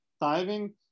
diving